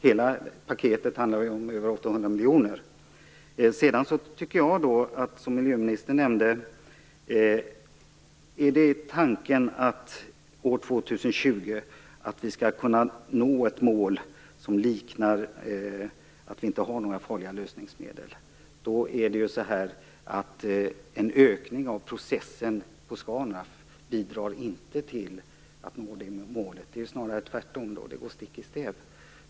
Hela paketet handlar om över 800 miljoner. Miljöministern nämnde att tanken är att vi år 2020 skall kunna nå ett mål som liknar att vi inte har några farliga lösningsmedel. En ökning av processen på Scanraff bidrar inte till att nå det målet. Det är snarare tvärtom. Det går stick i stäv med detta.